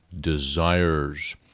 desires